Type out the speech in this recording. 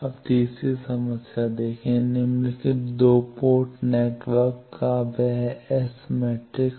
अब तीसरी समस्या देखें निम्नलिखित 2 पोर्ट नेटवर्क का वह S मैट्रिक्स